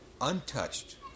untouched